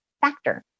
factor